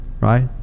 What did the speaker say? right